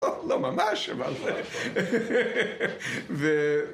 לא ממש אבל